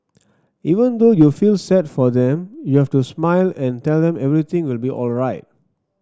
even though you feel sad for them you have to smile and tell them everything will be alright